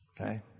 Okay